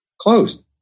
closed